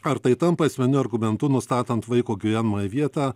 ar tai tampa esminiu argumentu nustatant vaiko gyvenamąją vietą